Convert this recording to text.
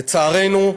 לצערנו,